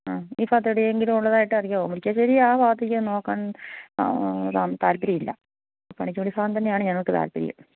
ആ ഈ ഭാഗത്ത് എവിടെ എങ്കിലും ഉള്ളതായിട്ട് അറിയാമോ മുരിക്കാശ്ശേരി ഭാഗത്തേക്ക് നോക്കാൻ താല്പര്യമില്ല പണിക്കൻകുടി ഭാഗം തന്നെയാണ് ഞങ്ങൾക്ക് താല്പര്യം